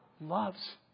loves